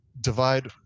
divide